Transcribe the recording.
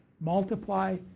multiply